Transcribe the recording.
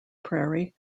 prairie